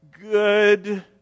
Good